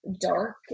dark